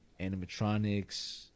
animatronics